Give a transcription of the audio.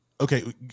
Okay